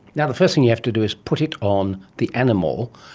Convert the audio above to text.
the the first thing you have to do is put it on the animal.